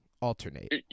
alternate